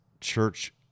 church